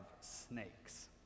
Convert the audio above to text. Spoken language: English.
snakes